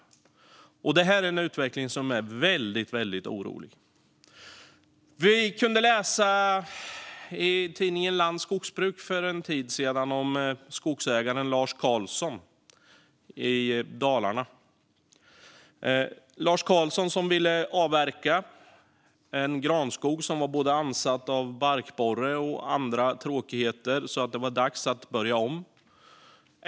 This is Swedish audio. Det är en utveckling som är väldigt oroande. I tidningen Land Skogsbruk kunde vi för en tid sedan läsa om skogsägaren Lars Carlsson i Dalarna. Han ville avverka en granskog som var ansatt av både barkborre och andra tråkigheter, så det var dags att börja om.